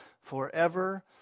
forever